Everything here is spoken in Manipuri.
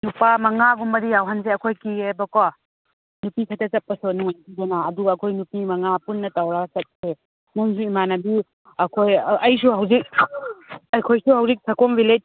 ꯅꯨꯄꯥ ꯃꯉꯥꯒꯨꯝꯗꯤ ꯌꯥꯎꯍꯟꯁꯦ ꯑꯩꯈꯣꯏ ꯀꯤꯌꯦꯕꯀꯣ ꯅꯨꯄꯤ ꯈꯛꯇ ꯆꯠꯄꯁꯨ ꯅꯨꯡꯉꯥꯏꯇꯦꯗꯅ ꯑꯗꯨꯒ ꯑꯩꯈꯣꯏ ꯅꯨꯄꯤ ꯃꯉꯥ ꯄꯨꯟꯅ ꯇꯧꯔꯇꯒ ꯆꯠꯁꯦ ꯅꯪꯁꯨ ꯏꯃꯥꯟꯅꯕꯤ ꯑꯩꯈꯣꯏ ꯑꯩꯁꯨ ꯍꯧꯖꯤꯛ ꯑꯩꯈꯣꯏꯁꯨ ꯍꯧꯖꯤꯛ ꯁꯀꯨꯝ ꯕꯤꯜꯂꯦꯖ